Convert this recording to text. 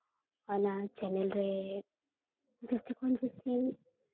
ᱚᱱᱟ ᱪᱮᱱᱮᱞ ᱨᱮ ᱡᱟᱹᱥᱛᱤ ᱠᱷᱚᱱ ᱡᱟᱹᱥᱛᱤ